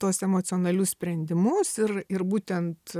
tuos emocionalius sprendimus ir ir būtent